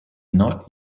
not